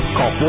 Call